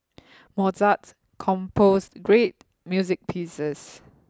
Mozart composed great music pieces